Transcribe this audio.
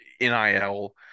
NIL